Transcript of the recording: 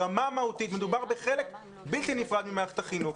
ברמה המהותית מדובר בחלק בלתי נפרד ממערכת החינוך.